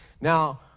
Now